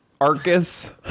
Arcus